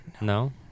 No